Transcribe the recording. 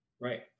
Right